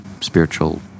spiritual